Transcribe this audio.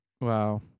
Wow